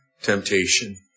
temptation